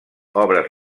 obres